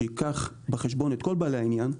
שייקח בחשבון את כל בעלי העניין,